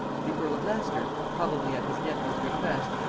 the earl of leicester, probably at his nephew's request,